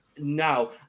No